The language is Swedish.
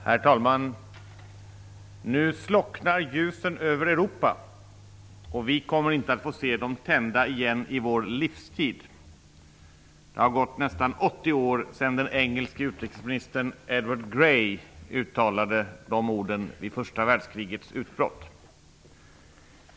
Herr talman! ''Nu slocknar ljusen över Europa, och vi kommer inte att få se dem tända igen i vår livstid.'' Det har gått nästan 80 år sedan den engelske utrikesministern Edward Grey uttalade de orden vid första världskrigets utbrott.